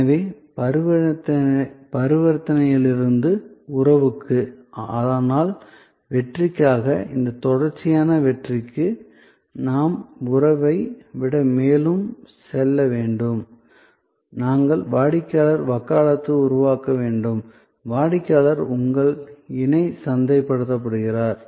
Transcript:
எனவே பரிவர்த்தனையிலிருந்து உறவுக்கு ஆனால் வெற்றிக்காக இந்த தொடர்ச்சியான வெற்றிக்கு நாம் உறவை விட மேலும் செல்ல வேண்டும் நாங்கள் வாடிக்கையாளர் வக்காலத்தை உருவாக்க வேண்டும்வாடிக்கையாளர் உங்கள் இணை சந்தைப்படுத்தப்படுகிறார்